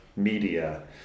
media